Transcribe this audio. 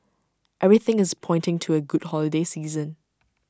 everything is pointing to A good holiday season